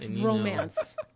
romance